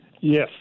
Yes